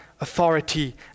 authority